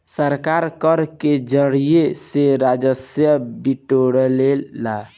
सरकार कर के जरिया से राजस्व बिटोरेला